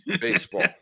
baseball